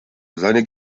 seine